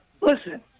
Listen